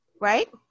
right